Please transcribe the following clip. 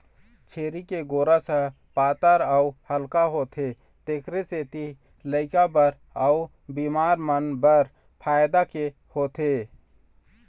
छेरी के गोरस ह पातर अउ हल्का होथे तेखर सेती लइका बर अउ बिमार मन बर फायदा के होथे